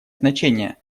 значение